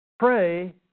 Pray